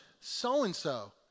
So-and-so